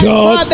God